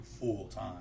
full-time